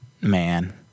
Man